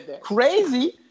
crazy